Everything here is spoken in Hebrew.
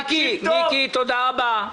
מיקי, תודה רבה.